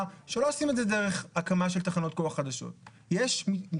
דבר שלא נעשה עד עתה ואנחנו מדברים על OPC 2. בואו קודם